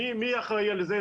מי אחראי לזה?